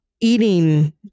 eating